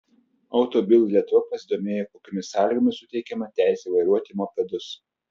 auto bild lietuva pasidomėjo kokiomis sąlygomis suteikiama teisė vairuoti mopedus